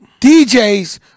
DJs